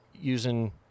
using